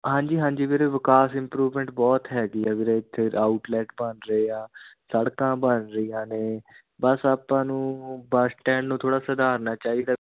ਹਾਂਜੀ ਹਾਂਜੀ ਵੀਰੇ ਵਿਕਾਸ ਇੰਪਰੂਵਮੈਂਟ ਬਹੁਤ ਹੈਗੀ ਆ ਵੀਰੇ ਇੱਥੇ ਆਊਟਲੈਟ ਬਣ ਰਹੇ ਆ ਸੜਕਾਂ ਬਣ ਰਹੀਆਂ ਨੇ ਬਸ ਆਪਾਂ ਨੂੰ ਬੱਸ ਸਟੈਂਡ ਨੂੰ ਥੋੜ੍ਹਾ ਸੁਧਾਰਨਾ ਚਾਹੀਦਾ